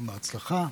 בהצלחה.